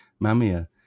Mamia